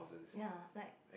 ya like